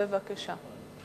בבקשה.